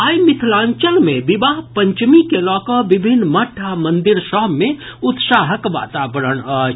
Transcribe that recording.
आइ मिथिलांचल मे विवाह पंचमी के लऽकऽ विभिन्न मठ आ मंदिर सभ मे उत्साहक वातावरण अछि